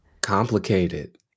Complicated